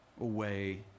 away